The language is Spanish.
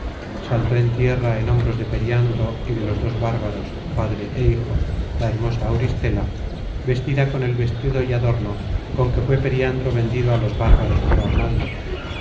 saltó en tierra en hombros de periandro y de los dos bárbaros padre é hijo la hermosa auristela vestida con el vestido y adorno con que fué pe content from google book search generated at riandro vendido á los bárbaros por arnaldo